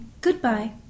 Goodbye